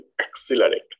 accelerate